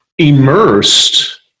Immersed